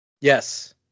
Yes